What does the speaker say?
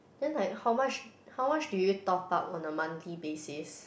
then like how much how much do you top up on a monthly basis